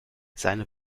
seine